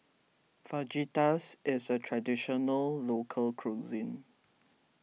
Fajitas is a Traditional Local Cuisine